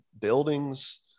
buildings